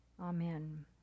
Amen